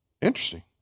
Interesting